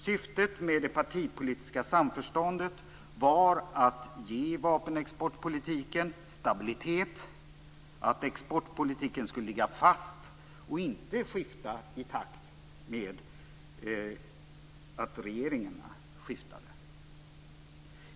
Syftet med det partipolitiska samförståndet var att ge vapenexportpolitiken stabilitet och att exportpolitiken skulle ligga fast och inte skifta i takt med att regeringarna skiftade.